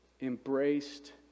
embraced